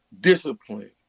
discipline